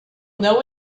know